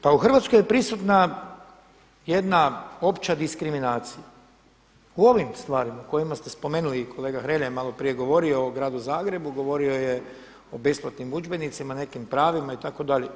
Da, pa u Hrvatskoj je prisutna jedna opća diskriminacija u ovim stvarima u kojima ste spomenuli i kolega Hrelja je malo prije govorio o gradu Zagrebu, govorio je o besplatnim udžbenicima, nekim pravima itd.